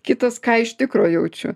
kitas ką iš tikro jaučiu